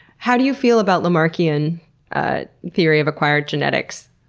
how do you feel about lamarckian theory of acquired genetics,